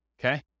Okay